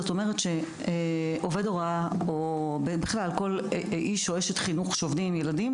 זאת אומרת שעובד הוראה או בכלל כל איש או אשת חינוך שעובדים עם ילדים,